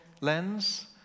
lens